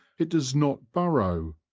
it does not burrow,